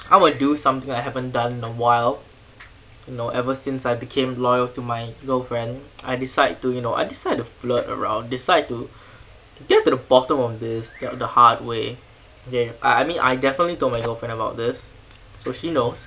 I will do something I haven't done in a while know ever since I became loyal to my girlfriend I decide to you know I decide to flirt around decide to get to the bottom of this the the hard way okay I I mean I definitely told my girlfriend about this so she knows